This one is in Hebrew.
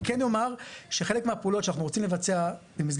אני כן אומר שחלק מהפעולות שאנחנו רוצים לבצע במסגרת